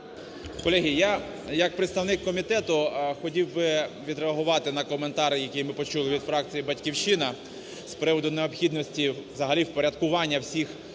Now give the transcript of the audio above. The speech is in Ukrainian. Колеги, як представник комітету, хотів би відреагувати на коментар, який ми почули від фракції "Батьківщина" з приводу необхідності взагалі впорядкування всіх